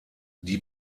die